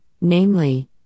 namely